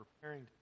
preparing